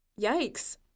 Yikes